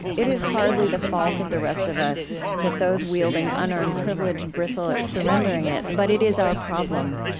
it is hardly the fault of the rest of us that those wielding unearned privilege bristle at surrendering it. but it is our problem.